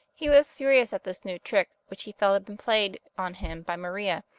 he was furious at this new trick which he felt had been played on him by maria,